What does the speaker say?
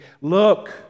Look